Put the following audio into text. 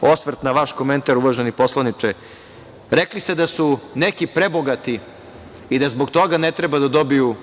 osvrt na vaš komentar, uvaženi poslaniče, rekli ste da su neki prebogati i da zbog toga ne treba da dobiju